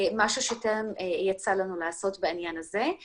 משהו שטרם יצא לנו לעשות בעניין הזה.